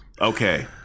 Okay